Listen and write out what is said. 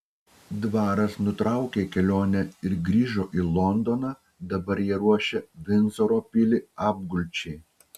dvaras nutraukė kelionę ir grįžo į londoną dabar jie ruošia vindzoro pilį apgulčiai